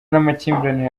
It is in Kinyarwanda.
n’amakimbirane